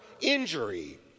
injury